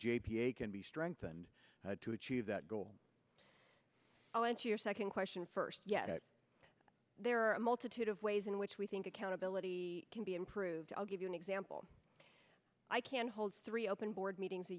a can be strengthened to achieve that goal i'll answer your second question first yes there are a multitude of ways in which we think accountability can be improved i'll give you an example i can hold three open board meetings a